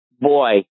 boy